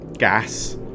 gas